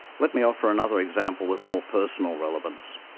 let me offer another example with more personal relevance.